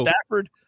Stafford